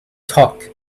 talk